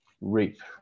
rape